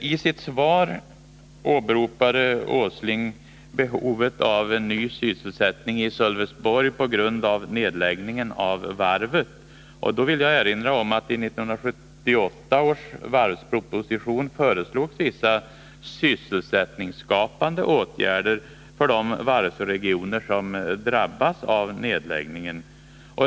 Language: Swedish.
I sitt svar åberopade Nils Åsling behovet av nya sysselsättningstillfällen i Sölvesborg på grund av nedläggningen av varvet. Då vill jag erinra om att i 1978 års varvsproposition föreslogs vissa sysselsättningsskapande åtgärder för de varvsregioner som drabbas av nedläggningen.